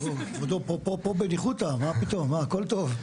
פה בניחותא, מה פתאום, הכל טוב.